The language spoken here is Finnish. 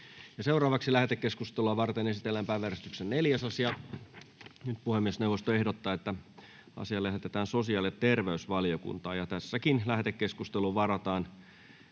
Content: Lähetekeskustelua varten esitellään päiväjärjestyksen 4. asia. Puhemiesneuvosto ehdottaa, että asia lähetetään sosiaali- ja terveysvaliokuntaan. Lähetekeskusteluun varataan